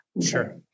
Sure